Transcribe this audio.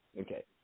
Okay